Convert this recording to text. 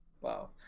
Wow